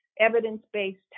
evidence-based